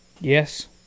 Yes